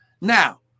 now